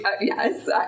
Yes